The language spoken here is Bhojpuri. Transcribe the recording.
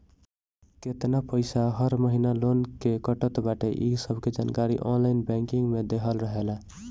केतना पईसा हर महिना लोन के कटत बाटे इ सबके जानकारी ऑनलाइन बैंकिंग में देहल रहेला